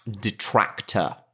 detractor